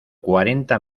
cuarenta